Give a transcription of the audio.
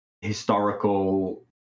historical